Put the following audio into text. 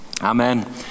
Amen